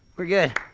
we're good